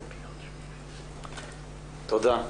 תודה.